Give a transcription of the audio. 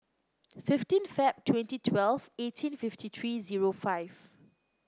fifteen Feb twenty twelve eighteen fifty three zero five